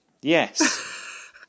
Yes